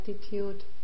attitude